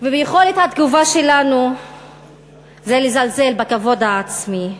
וביכולת התגובה שלנו זה לזלזל בכבוד העצמי.